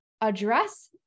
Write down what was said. address